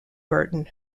burton